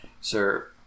sir